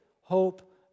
hope